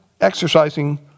exercising